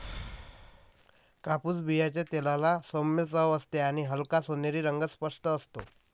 कापूस बियांच्या तेलाला सौम्य चव असते आणि हलका सोनेरी रंग स्पष्ट असतो